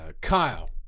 Kyle